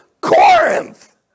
Corinth